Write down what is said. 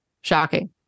shocking